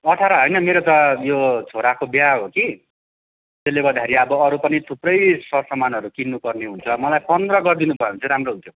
अठार होइन मेरो त यो छोराको बिहे हो कि त्यसले गर्दाखेरि अब अरू पनि थुप्रै सर सामानहरू किन्नु पर्ने हुन्छ मलाई पन्ध्र गरिदिनु भयो भने चाहिँ राम्रो हुन्थ्यो